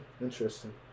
interesting